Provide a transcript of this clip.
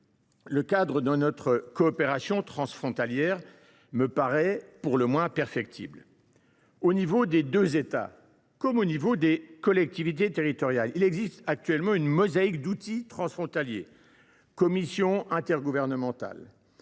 le cadre de notre coopération transfrontalière me paraît pour le moins perfectible. À l’échelon des deux états comme à celui des collectivités territoriales, il existe une mosaïque d’outils transfrontaliers – commission intergouvernementale,